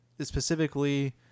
specifically